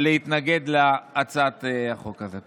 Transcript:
להתנגד להצעת החוק הזאת.